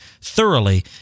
thoroughly